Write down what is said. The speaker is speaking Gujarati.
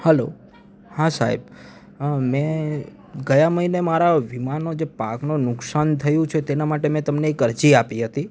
હલો હા સહેબ મેં ગયા મહીને મારા વીમાનો જે પાકનો નુકસાન થયું છે તેના માટે મેં તમને એક અરજી આપી હતી